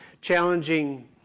challenging